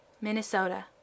Minnesota